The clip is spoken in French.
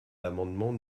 l’amendement